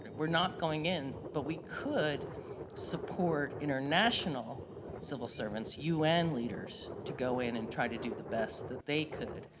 we're not going in, but we could support international civil servants, un leaders, to go in and try to do the best that they could,